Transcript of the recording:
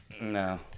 no